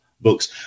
books